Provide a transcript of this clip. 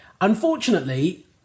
Unfortunately